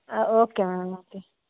okay ma'am okay